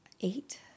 Eight